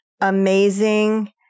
amazing